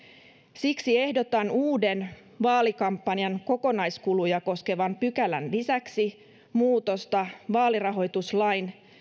siksi ehdotan uuden vaalikampanjan kokonaiskuluja koskevan pykälän lisäksi muutosta vaalirahoituslain